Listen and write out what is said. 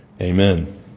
Amen